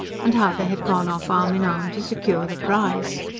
and how they had gone off arm in arm to secure the prize.